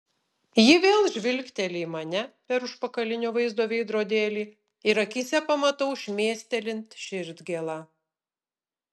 ji vėl žvilgteli į mane per užpakalinio vaizdo veidrodėlį ir akyse pamatau šmėstelint širdgėlą